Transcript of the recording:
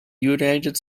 united